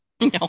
No